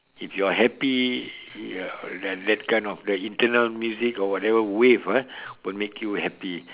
if you're happy your that that kind of the internal music or whatever wave uh will make you happy